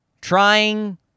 Trying